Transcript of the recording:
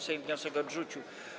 Sejm wniosek odrzucił.